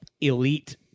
elite